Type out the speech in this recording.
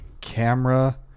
Camera